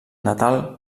natal